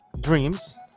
dreams